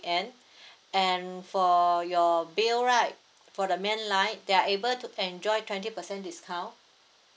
and and for your bill right for the main line they are able to enjoy twenty percent discount